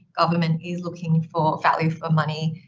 government is looking for value for money,